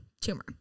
tumor